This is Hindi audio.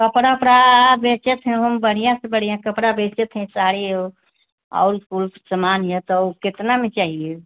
कपड़ा वपड़ा बेचे थे बढ़िया से बढ़िया कपड़ा बेचे थे साड़ी उ और कुछ समान य त उ कितना में चाहिए